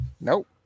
Nope